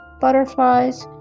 Butterflies